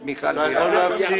אותך,